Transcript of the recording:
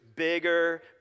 bigger